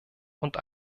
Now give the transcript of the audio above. und